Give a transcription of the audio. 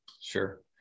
Sure